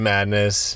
Madness